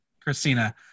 Christina